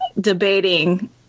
debating